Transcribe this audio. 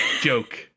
Joke